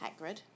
Hagrid